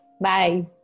Bye